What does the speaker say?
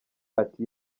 ati